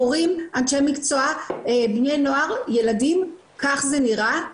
הורים, אנשי מקצוע, בני נוער, ילדים, כך זה נראה.